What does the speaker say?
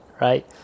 right